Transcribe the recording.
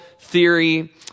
theory